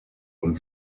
und